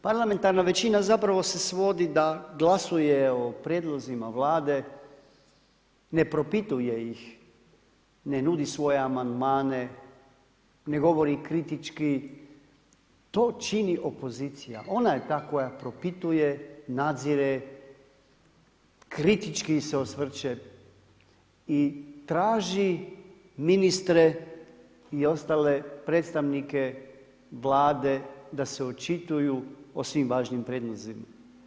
Parlamentarna većina se zapravo svodi da glasuje o prijedlozima vlade, ne propituje ih ne nudi svoje amandmane, ne govori kritički, to čini opozicija, ona je ta koja propituje, nadzire, kritički se osvrće i traži ministre i ostale predstavnike vlade da se očituju o svim važnim prijedlozima.